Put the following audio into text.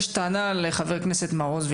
יש טענה לחברי כנסת מעוז,